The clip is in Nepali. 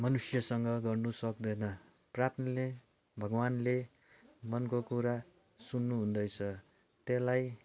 मनुष्यसँग गर्नु सक्दैन प्रार्थनाले भगवान्ले मनको कुरा सुन्नुहुँदैछ त्यसलाई